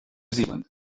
zealand